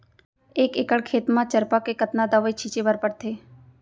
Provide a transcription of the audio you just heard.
एक एकड़ खेत म चरपा के कतना दवई छिंचे बर पड़थे?